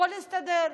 הכול הסתדר.